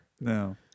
No